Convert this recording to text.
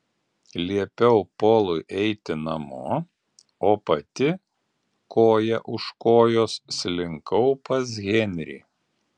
liepiau polui eiti namo o pati koja už kojos slinkau pas henrį